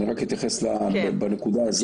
אני רק אתייחס בנקודה הזו,